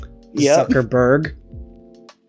Zuckerberg